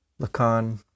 Lacan